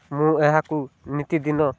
ମୁଁ ଏହାକୁ ନିତି ଦିନ